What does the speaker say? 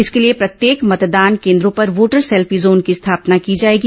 इसके लिए प्रत्येक मतदान केन्द्रो पर वोटर सेल्फी जोन की स्थापना की जाएगी